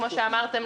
כמו שאמרתם,